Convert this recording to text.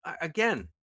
Again